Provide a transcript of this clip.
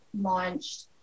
launched